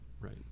right